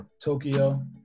Tokyo